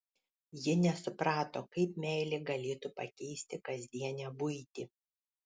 ji nesuprato kaip meilė galėtų pakeisti kasdienę buitį